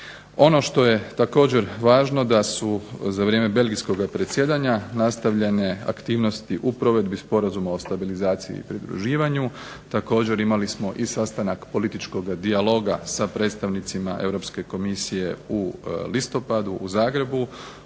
Ono što je također važno da su za vrijeme belgijskoga predsjedanja nastavljene aktivnosti u provedbi Sporazuma o stabilizaciji i pridruživanju. Također, imali smo i sastanak političkoga dijaloga sa predstavnicima Europske komisije u listopadu u Zagrebu.